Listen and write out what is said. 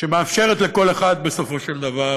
שמאפשרת לכל אחד בסופו של דבר